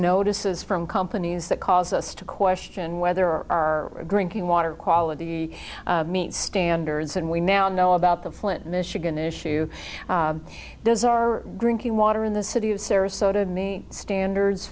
notices from companies that cause us to question whether our drinking water quality meet standards and we now know about the flint michigan issue does our drinking water in the city of sarasota make standards